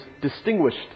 distinguished